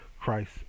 Christ